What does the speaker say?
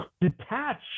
Detach